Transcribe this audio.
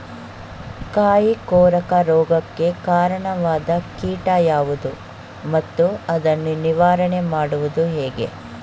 ಕಾಯಿ ಕೊರಕ ರೋಗಕ್ಕೆ ಕಾರಣವಾದ ಕೀಟ ಯಾವುದು ಮತ್ತು ಅದನ್ನು ನಿವಾರಣೆ ಮಾಡುವುದು ಹೇಗೆ?